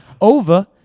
over